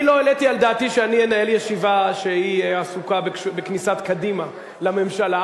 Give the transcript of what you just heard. אני לא העליתי על דעתי שאנהל ישיבה שעסוקה בכניסת קדימה לממשלה,